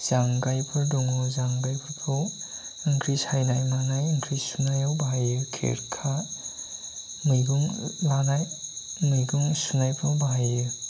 जांगायफोर दङ जांगायफोरखौ ओंख्रि सायनाय मानाय ओंख्रि सुनायावबो बाहायो खेरखा मैगं लानाय मैगं सुनायफ्राव बाहायो